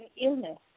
illness